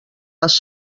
les